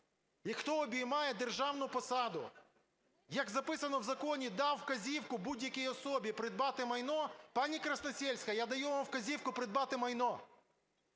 хто обіймає державну посаду, як записано в законі, дав вказівку будь-якій особі придбати майно… Пані Красносільська, я даю вам вказівку вам придбати майно.